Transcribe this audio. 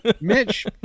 Mitch